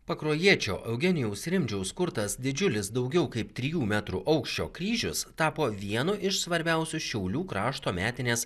pakruojiečio eugenijaus rimdžiaus kurtas didžiulis daugiau kaip trijų metrų aukščio kryžius tapo vienu iš svarbiausių šiaulių krašto metinės